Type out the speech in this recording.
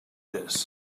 this